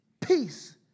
peace